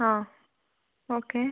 ആ ഓക്കെ